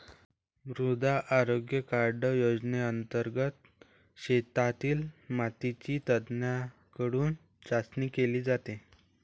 मृदा आरोग्य कार्ड योजनेंतर्गत शेतातील मातीची तज्ज्ञांकडून चाचणी केली जाते